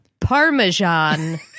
Parmesan